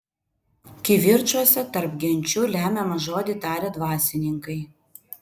kivirčuose tarp genčių lemiamą žodį taria dvasininkai